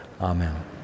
amen